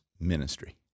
ministry